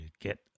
get